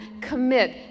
commit